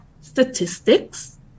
statistics